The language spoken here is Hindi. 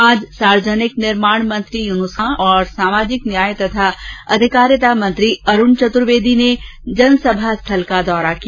आज सार्वजनिक निर्माण मंत्री युनुस खान और सामाजिक न्याय और अधिकारिता मंत्री अरूण चतुर्वेदी ने जनसभा स्थल का दौरा किया